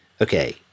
okay